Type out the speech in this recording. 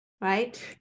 right